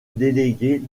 délégué